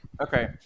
Okay